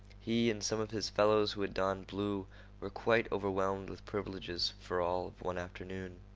he and some of his fellows who had donned blue were quite overwhelmed with privileges for all of one afternoon,